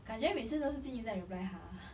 感觉每次都是 jun yi 在 reply 她